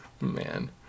Man